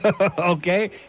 Okay